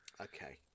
Okay